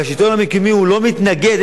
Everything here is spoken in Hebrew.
והשלטון המקומי לא מתנגד,